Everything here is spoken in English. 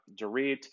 Dorit